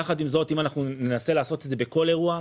יחד עם זאת, אם אנחנו ננסה לעשות את זה בכל אירוע,